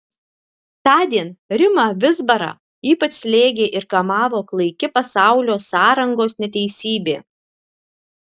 tądien rimą vizbarą ypač slėgė ir kamavo klaiki pasaulio sąrangos neteisybė